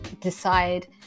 decide